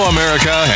America